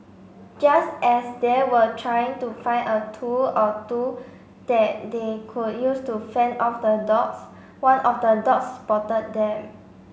just as they were trying to find a tool or two that they could use to fend off the dogs one of the dogs spotted them